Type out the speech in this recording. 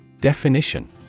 Definition